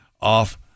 off